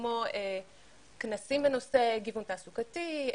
כמו כנסים בנושא גיוון תעסוקתי,